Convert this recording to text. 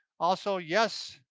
also, yes,